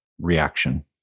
Reaction